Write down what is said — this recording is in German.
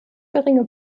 geringe